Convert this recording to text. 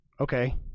okay